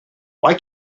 why